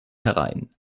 herein